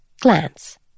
glance